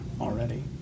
already